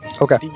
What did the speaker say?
Okay